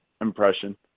impression